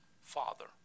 Father